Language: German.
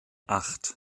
acht